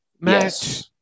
match